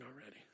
already